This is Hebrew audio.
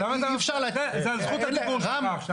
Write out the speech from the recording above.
זה על חשבון זכות הדיבור שלך.